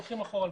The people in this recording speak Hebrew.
תודה.